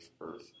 Earth